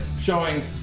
showing